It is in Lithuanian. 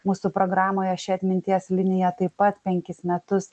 mūsų programoje ši atminties linija taip pat penkis metus